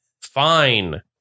fine